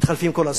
מתחלפים כל הזמן.